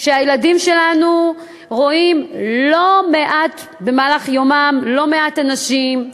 שהילדים שלנו רואים במהלך יומם לא מעט אנשים,